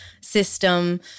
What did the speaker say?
system